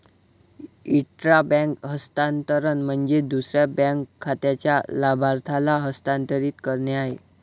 intra bank हस्तांतरण म्हणजे दुसऱ्या बँक खात्याच्या लाभार्थ्याला हस्तांतरित करणे आहे